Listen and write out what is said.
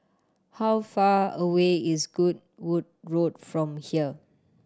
how far away is Goodwood Road from here